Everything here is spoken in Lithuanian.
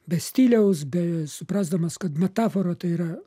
be stiliaus be suprasdamas kad metafora tai yra